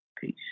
Peace